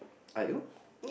!aiyo!